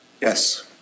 Yes